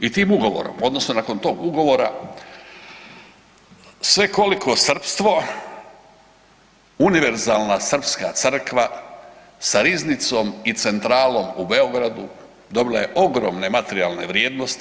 I tim ugovorom odnosno nakon tog ugovora svekoliko srpstvo, univerzalna srpska crkva sa riznicom i centralom u Beogradu dobila je ogromne materijalne vrijednosti.